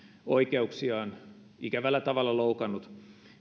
oikeuksiaan ikävällä tavalla loukannut